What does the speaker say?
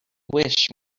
wish